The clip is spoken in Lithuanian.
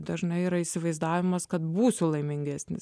dažnai yra įsivaizdavimas kad būsiu laimingesnis